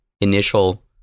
initial